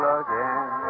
again